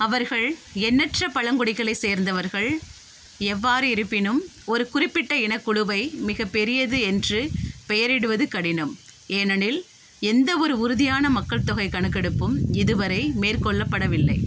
அவர்கள் எண்ணற்ற பழங்குடிகளைச் சேர்ந்தவர்கள் எவ்வாறு இருப்பினும் ஒரு குறிப்பிட்ட இனக்குழுவை மிகப் பெரியது என்று பெயரிடுவது கடினம் ஏனெனில் எந்தவொரு உறுதியான மக்கள்தொகை கணக்கெடுப்பும் இதுவரை மேற்கொள்ளப்படவில்லை